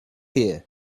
here